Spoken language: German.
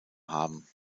haben